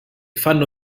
fanno